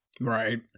Right